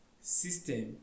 system